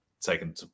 taken